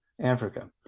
Africa